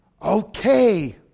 Okay